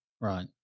right